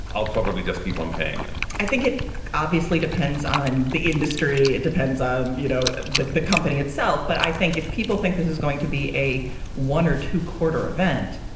i'll probably just keep on paying them? i think it obviously depends on the industry. it depends on, you know, the the company itself. but i think if people think this is going to be a one or two quarter event,